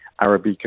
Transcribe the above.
Arabica